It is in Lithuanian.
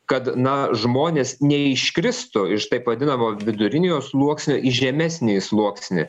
kad na žmonės neiškristų iš taip vadinamo viduriniojo sluoksnio į žemesnįjį sluoksnį